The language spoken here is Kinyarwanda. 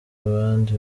abandi